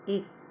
एक